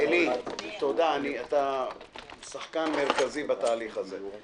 עלי בינג, אתה שחקן מרכזי בתהליך הזה.